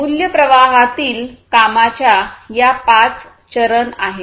मूल्य प्रवाहातील कामाच्या या पाच चरण आहेत